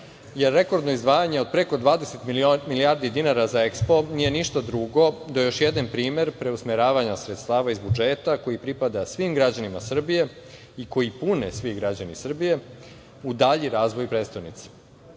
Jer, rekordno izdvajanje od preko 20 milijardi dinara za EKSPO nije ništa drugo do još jedan primer preusmeravanja sredstava iz budžeta koji pripada svim građanima Srbije i koji pune svi građani Srbije u dalji razvoj prestonice. Posle